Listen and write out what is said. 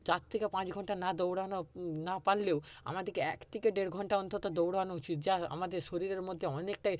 চার থেকে পাঁচ ঘন্টা না দৌড়ানো না পারলেও আমাদেরকে এক থেকে দেড় ঘন্টা অন্তত দৌড়ানো উচিত যা আমাদের শরীরের মধ্যে অনেকটাই